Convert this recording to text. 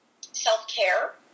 self-care